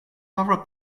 favor